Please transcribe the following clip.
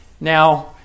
now